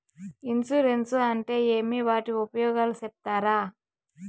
Insurance అంటే ఏమి? వాటి ఉపయోగాలు సెప్తారా?